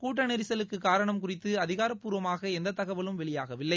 கூட்ட நெரிசலுக்கான காரணம் குறித்து அதிகாரப்பூர்வமாக எந்த தகவலும் வெளியாகவில்லை